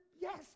Yes